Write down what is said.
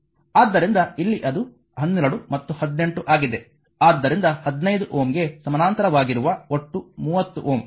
ಆದ್ದರಿಂದ ಇಲ್ಲಿ ಅದು 12 ಮತ್ತು 18 ಆಗಿದೆ ಆದ್ದರಿಂದ 15Ωಗೆ ಸಮಾನಾಂತರವಾಗಿರುವ ಒಟ್ಟು 30 Ω